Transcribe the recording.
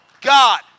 God